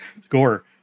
score